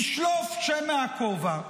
ישלוף שם מהכובע.